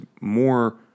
more